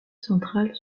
centrale